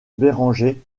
bérenger